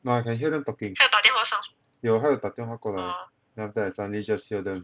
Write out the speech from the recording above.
no I can hear them talking 有她有打电话过来 then after that I suddenly just hear them